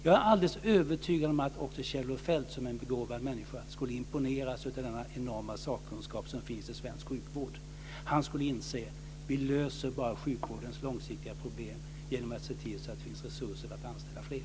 Jag är alldeles övertygad om att också Kjell-Olof Feldt, som är en begåvad människa, skulle imponeras av den enorma sakkunskap som finns i svensk sjukvård. Han skulle inse att vi bara löser sjukvårdens långsiktiga problem genom att se till att det finns resurser att anställa fler.